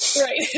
Right